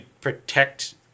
protect